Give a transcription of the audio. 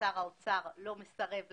ושר האוצר לא מסרב להם,